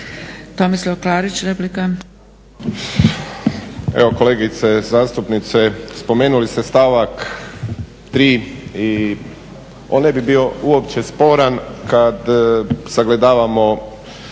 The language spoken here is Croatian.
Tomislav (HDZ)** Evo, kolegice zastupnice, spomenuli ste stavak 3. i on ne bi bio uopće sporan kad sagledavamo